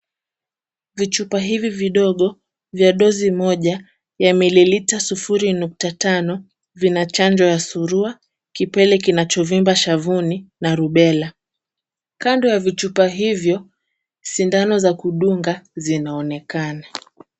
Vichupa hivi vidogo vya dosi moja ya mililita 0.5 vina chanjo ya surua , kipele kinachovimba shavuni na rubella . Kando ya vichupa hivyo sindano za kudunga zinaonekana.